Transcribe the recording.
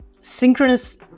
Synchronous